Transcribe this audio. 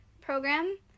program